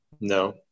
No